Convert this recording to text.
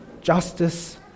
justice